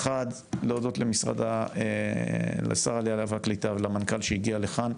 להודות לשר העלייה והקליטה ולמנכ"ל שלו שהגיע לכאן,